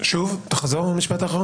תחזור על המשפט האחרון.